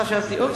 חשבתי.